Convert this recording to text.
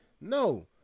no